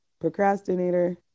procrastinator